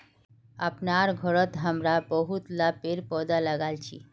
अपनार घरत हमरा बहुतला पेड़ पौधा लगाल छि